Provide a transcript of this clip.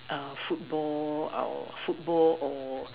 football our football or